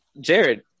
Jared